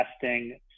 testing